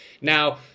Now